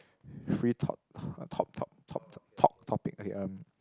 free talk top top top top top topic okay hmm